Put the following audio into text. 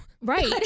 Right